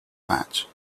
match